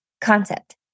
concept